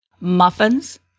muffins